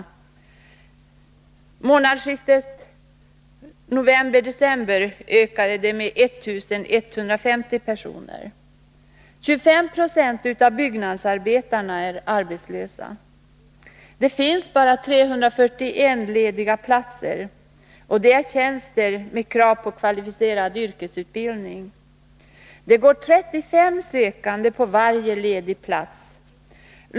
Vid månadsskiftet november-december ökade antalet arbetslösa med 1 150 personer. 25 20 av byggnadsarbetarna är arbetslösa. Det finns bara 341 lediga platser, och det är tjänster med krav på kvalificerad yrkesutbildning. Det går 35 sökande på varje ledig plats.